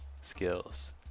skills